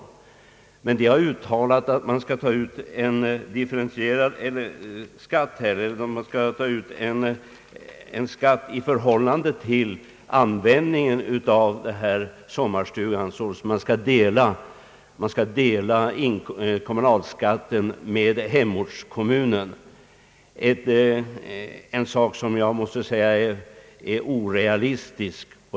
Reservanterna har uttalat att man bör ta ut en differentierad skatt, en skatt i förhållande till användningen av sommarstugan. Fritidskommunen skulle alltså dela kommunalskatten med hemortskommunen, något som jag anser orealistiskt.